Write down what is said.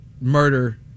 murder